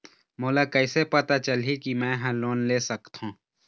मोला कइसे पता चलही कि मैं ह लोन ले सकथों?